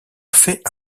fait